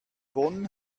bonn